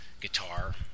guitar